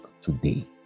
today